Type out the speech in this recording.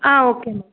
ah okay ma'am